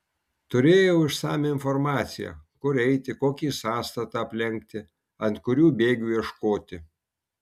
turėjau išsamią informaciją kur eiti kokį sąstatą aplenkti ant kurių bėgių ieškoti